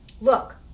Look